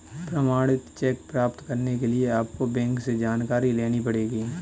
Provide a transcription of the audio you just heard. प्रमाणित चेक प्राप्त करने के लिए आपको बैंक से जानकारी लेनी पढ़ेगी